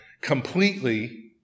completely